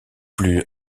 plus